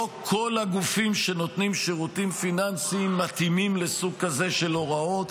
לא כל הגופים שנותנים שירותים פיננסיים מתאימים לסוג כזה של הוראות,